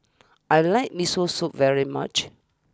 I like Miso Soup very much